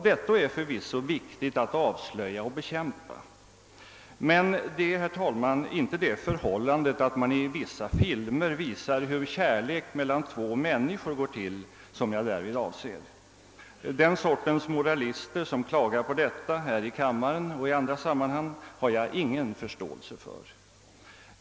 Detta är förvisso viktigt att avslöja och bekämpa, men jag avser därvid inte det förhållandet att man i vissa filmer visar hur kärlek mellan två människor går tilll Den sortens moralister som klagar på detta här i kammaren och i andra sammanhang har jag ingen förståelse för.